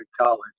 college